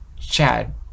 Chad